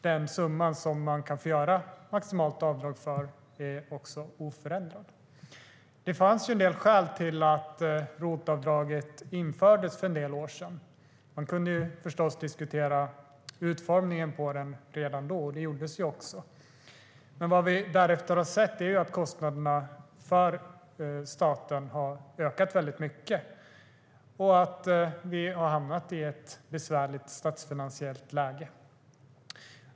Den summa som man kan få göra maximalt avdrag för är också oförändrad. Det fanns skäl till att ROT-avdraget infördes för en del år sedan. Man kunde förstås diskutera utformningen av det redan då, och det gjordes också. Vad vi därefter har sett är att kostnaderna för staten har ökat väldigt mycket och att vi har hamnat i ett besvärligt statsfinansiellt läge.